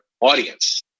audience